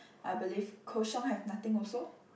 I believe Koh-Xiong have nothing also